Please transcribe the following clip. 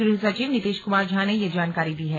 गृह सचिव नितेश कुमार झा ने ये जानकारी दी है